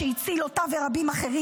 שהציל אותה ורבים אחרים,